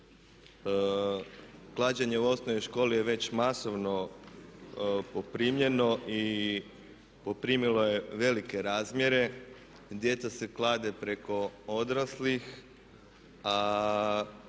Klađenje u osnovnoj školi je već masovno poprimljeno i poprimilo je velike razmjere. Djeca se klade preko odraslih,